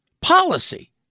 policy